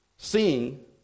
Seeing